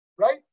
right